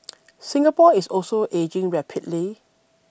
Singapore is also ageing rapidly